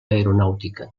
aeronàutica